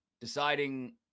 deciding